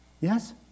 Yes